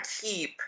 keep